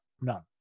None